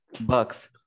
Bucks